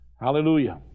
Hallelujah